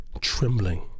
trembling